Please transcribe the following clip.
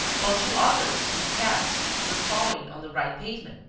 while two others, in caps, were following on the right pavement,